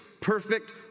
perfect